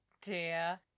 dear